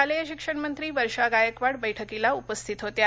शालेय शिक्षण मंत्री मंत्री वर्षा गायकवाड बैठकीला उपस्थित होत्या